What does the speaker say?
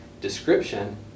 description